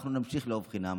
אנחנו נמשיך לאהוב חינם,